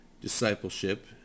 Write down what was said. discipleship